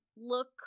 look